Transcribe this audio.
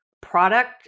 product